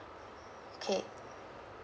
okay